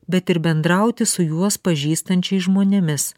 bet ir bendrauti su juos pažįstančiais žmonėmis